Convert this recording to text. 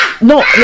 no